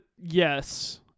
yes